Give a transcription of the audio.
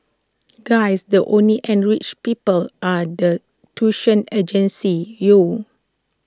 guys the only enriched people are the tuition agencies yo